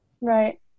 Right